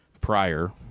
prior